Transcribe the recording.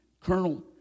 Colonel